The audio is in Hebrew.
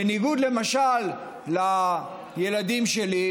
בניגוד למשל לילדים שלי,